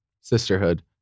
Sisterhood